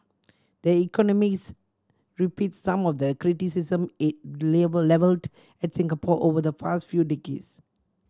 the Economist repeats some of the criticism it levelled at Singapore over the past few decades